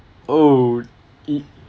oh it